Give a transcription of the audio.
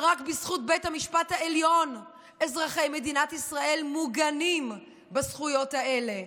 רק בזכות בית המשפט העליון אזרחי מדינת ישראל מוגנים בזכויות האלה,